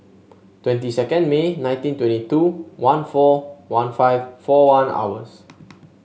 twenty second May nineteen twenty two one four one five four one hours